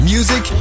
Music